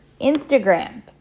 Instagram